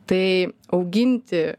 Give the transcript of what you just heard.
tai auginti